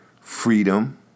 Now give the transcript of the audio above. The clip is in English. freedom